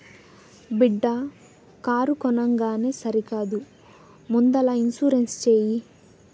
బిడ్డా కారు కొనంగానే సరికాదు ముందల ఇన్సూరెన్స్ చేయి